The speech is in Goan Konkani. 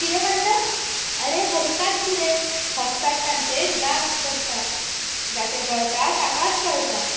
कितें म्हणटा अरे हसतात कितें हसतात तांचे दांत दिसता जांचें जळटा ताकाच कळटा